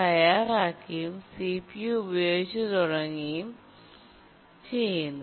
തയ്യാറാവുകയും C P U ഉപയോഗിച്ചു തുടങ്ങുകയും ചെയ്യുന്നു